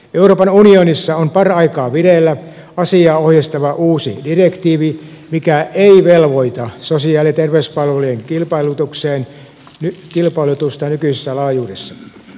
euroopan unionissa on paraikaa vireillä asiaa ohjeistava uusi direktiivi joka ei velvoita sosiaali ja terveyspalvelujen kilpailutukseen nykyisessä laajuudessa